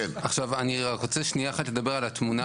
אני רוצה שנייה אחת לדבר על התמונה